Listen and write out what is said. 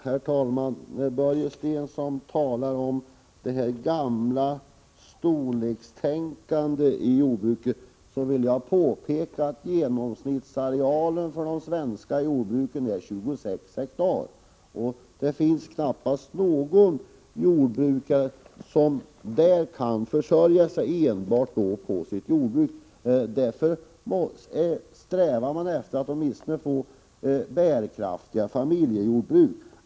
Herr talman! När Börje Stensson talar om det gamla storlekstänkandet när det gäller jordbruket, vill jag påpeka att genomsnittsarealen på de svenska jordbruken är 26 hektar. Det finns knappast någon jordbrukare som kan försörja sig enbart på ett sådant jordbruk. Därför strävar man efter att åtminstone få bärkraftiga familjejordbruk.